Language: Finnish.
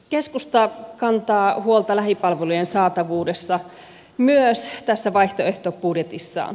keskusta kantaa huolta lähipalvelujen saatavuudesta myös tässä vaihtoehtobudjetissaan